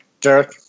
Derek